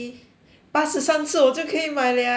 八十三次我就可以买 liao